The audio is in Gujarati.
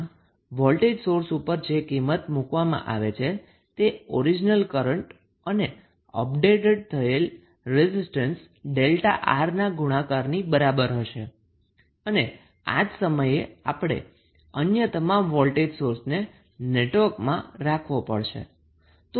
આમ વોલ્ટેજ સોર્સ ઉપર જે કિંમત મુકવામાં આવે તે ઓરીજીનલ કરન્ટ અને અપડેટ થયેલ રેઝિસ્ટન્સ ΔR ના ગુણાકારની બરાબર હશે અને આ જ સમયે આપણે અન્ય તમામ વોલ્ટેજ સોર્સને નેટવર્કમાં રાખવો પડશે